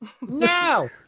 No